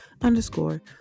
underscore